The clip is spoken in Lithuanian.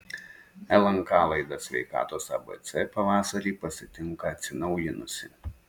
lnk laida sveikatos abc pavasarį pasitinka atsinaujinusi